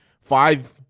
five